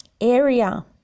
area